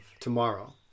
tomorrow